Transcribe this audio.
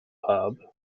pub